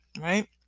Right